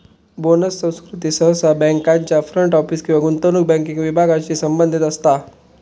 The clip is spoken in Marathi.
बोनस संस्कृती सहसा बँकांच्या फ्रंट ऑफिस किंवा गुंतवणूक बँकिंग विभागांशी संबंधित असता